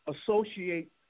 associate